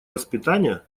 воспитание